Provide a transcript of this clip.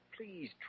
please